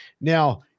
now